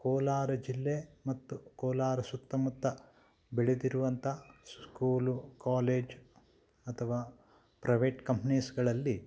ಕೋಲಾರ ಜಿಲ್ಲೆ ಮತ್ತು ಕೋಲಾರ ಸುತ್ತಮುತ್ತ ಬೆಳೆದಿರುವಂಥ ಸ್ಕೂಲು ಕಾಲೇಜ್ ಅಥವಾ ಪ್ರೈವೇಟ್ ಕಂಪ್ನೀಸ್ಗಳಲ್ಲಿ